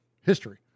history